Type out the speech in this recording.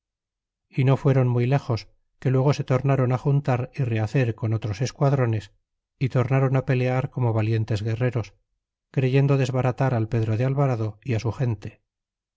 y no fueron muy iexos que luego se tornron ájuntar y rehacer con otros esquadrones y tornaron á pelear como valientes guerreros creyendo desbaratar al pedro de alvarado y su gente